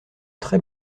très